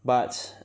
but